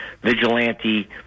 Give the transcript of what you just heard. vigilante